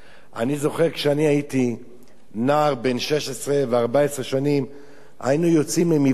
אני זוכר כשאני הייתי נער בן 16 ו-14 שנים היינו יוצאים למבצע,